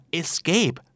escape